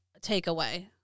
takeaway